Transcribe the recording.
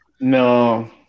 no